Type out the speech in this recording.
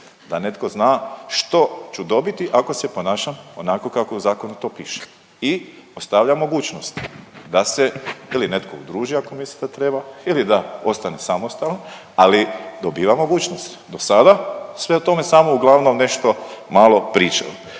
Da netko zna što ću dobiti ako se ponašam onako kako u zakonu to piše o stavljam mogućnost da se ili netko udruži, ako misli da treba ili da ostane samostalan, ali dobiva mogućnost. Do sada se o tome samo uglavnom nešto malo pričalo.